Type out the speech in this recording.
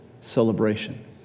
celebration